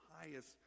highest